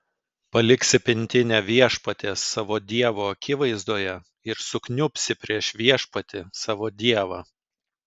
paliksi pintinę viešpaties savo dievo akivaizdoje ir sukniubsi prieš viešpatį savo dievą